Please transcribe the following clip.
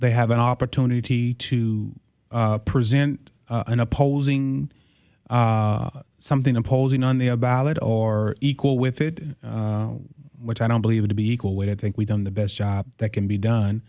they have an opportunity to present an opposing something opposing on the ballot or equal with it which i don't believe to be equal weight i think we've done the best job that can be done